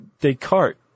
Descartes